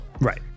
right